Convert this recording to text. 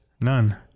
none